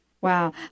wow